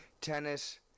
Tennis